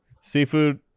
seafood